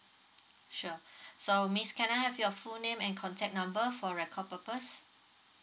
sure so miss can I have your full name and contact number for record purpose